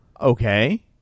Okay